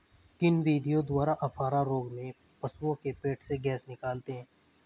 किन विधियों द्वारा अफारा रोग में पशुओं के पेट से गैस निकालते हैं?